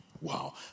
Wow